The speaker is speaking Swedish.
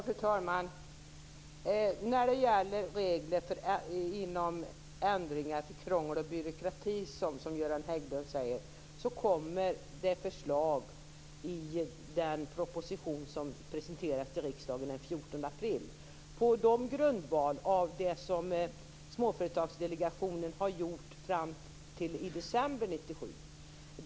Fru talman! När det gäller att ändra regler för att minska krångel och byråkrati, som Göran Hägglund talar om, kommer ett förslag i den proposition som presenteras för riksdagen den 14 april. Det har gjorts på grundval av det som Småföretagsdelegationen har gjort fram till i december 1997.